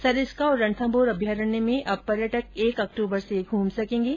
सरिस्का और रणथम्मौर अभ्यारण्य में अब पर्यटक एक अक्टूबर से घूम सकेंगे